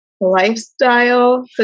lifestyle